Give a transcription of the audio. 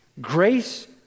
grace